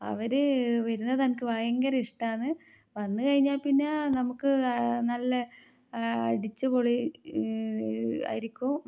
അവർ വരുന്നതെനിക്ക് ഭയങ്കര ഇഷ്ടമാണ് വന്ന് കഴിഞ്ഞാൽ പിന്നെ നമുക്ക് നല്ല അടിച്ചുപൊളി ആയിരിക്കും